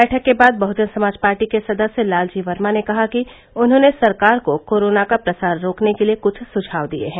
बैठक के बाद बहुजन समाज पार्टी के सदस्य लालजी वर्मा ने कहा कि उन्होंने सरकार को कोरोना का प्रसार रोकने के लिए कुछ सुझाव दिए हैं